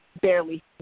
barely